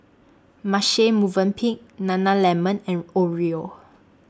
Marche Movenpick Nana Lemon and Oreo